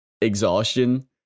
exhaustion